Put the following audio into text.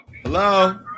Hello